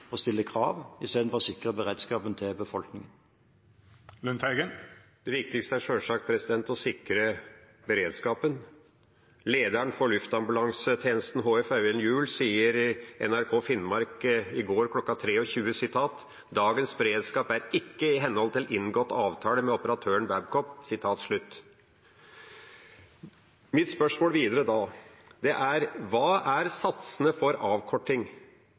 å stille krav istedenfor å sikre beredskapen til befolkningen. Det viktigste er sjølsagt å sikre beredskapen. Lederen for Luftambulansetjenesten HF, Øyvind Juell, sa til NRK Finnmark i går kl. 23 at dagens beredskap ikke er i henhold til inngått avtale med operatøren Babcock. Mitt spørsmål videre er da: Hva er satsene for avkorting? Hva er den økonomiske belastningen for